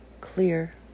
clear